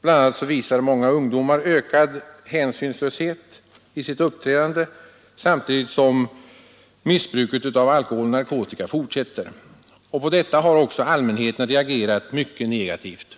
BL. a. visar många ungdomar en ökad hänsynslöshet i sitt uppträdande, samtidigt som missbruket av alkohol och narkotika fortsätter. På detta har allmänheten reagerat mycket negativt.